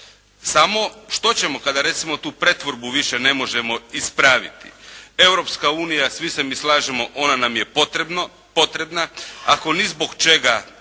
Samo, što ćemo kada recimo tu pretvorbu više ne možemo ispraviti. Europska unija, svi se mi slažemo, ona nam je potrebna ako ni zbog čega